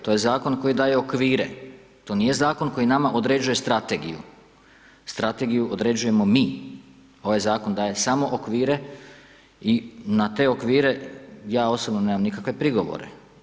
To je Zakon koji daje okvire, to nije Zakon koji nama određuje strategiju, strategiju određujemo mi, ovaj Zakon daje samo okvire i na te okvire ja osobno nemam nikakve prigovore.